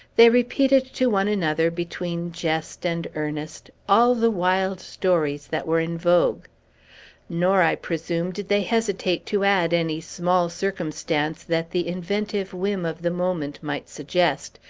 they repeated to one another, between jest and earnest, all the wild stories that were in vogue nor, i presume, did they hesitate to add any small circumstance that the inventive whim of the moment might suggest,